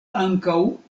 ankaŭ